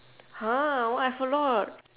!huh! why I've a lot